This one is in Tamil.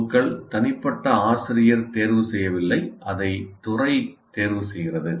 ஓக்கள் தனிப்பட்ட ஆசிரியர் தேர்வு செய்யவில்லை அதை துறை தேர்வு செய்கிறது